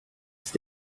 ist